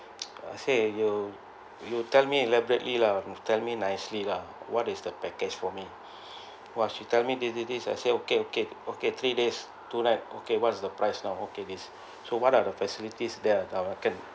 I said you you tell me elaborately lah and tell me nicely lah what is the package for me !wah! she tell me this this this I say okay okay okay three days two night okay what's the price now okay this so what are the facilities there are re~